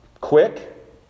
quick